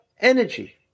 energy